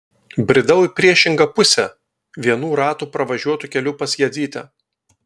bridau į priešingą pusę vienų ratų pravažiuotu keliu pas jadzytę